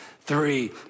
three